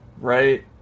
right